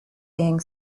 being